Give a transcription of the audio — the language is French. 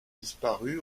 disparu